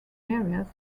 areas